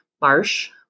Marsh